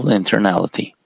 internality